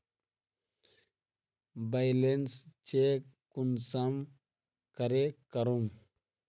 Balance check कुंसम करे करूम?